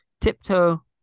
tiptoe